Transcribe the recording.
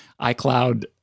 iCloud